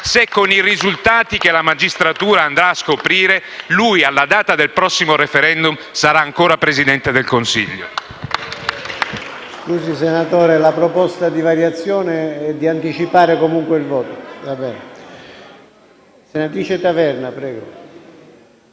se, con le cose che la magistratura andrà a scoprire, alla data del prossimo *referendum* egli sarà ancora Presidente del Consiglio.